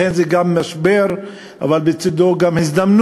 לכן זה גם משבר, אבל בצדו גם הזדמנות,